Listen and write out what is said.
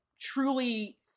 truly